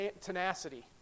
tenacity